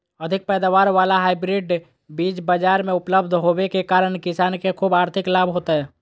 अधिक पैदावार वाला हाइब्रिड बीज बाजार मे उपलब्ध होबे के कारण किसान के ख़ूब आर्थिक लाभ होतय